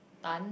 Tan